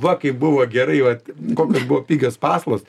va kaip buvo gerai vat kokios buvo pigios paskolos